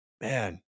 man